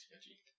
sketchy